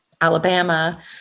Alabama